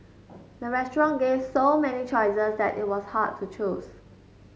the restaurant gave so many choices that it was hard to choose